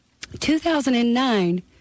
2009